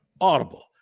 audible